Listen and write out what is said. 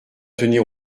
tenir